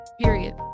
Period